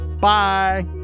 Bye